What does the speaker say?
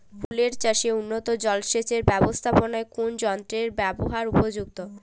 ফুলের চাষে উন্নত জলসেচ এর ব্যাবস্থাপনায় কোন যন্ত্রের ব্যবহার উপযুক্ত?